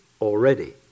already